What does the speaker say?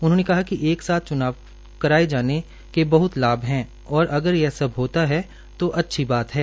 उन्होंने कहा कि एक साथ च्नाव कराए जाने के बहत लाभ है और अगर यह सब होता है तो अच्छी बात है